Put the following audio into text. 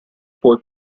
poi